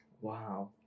Wow